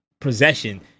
possession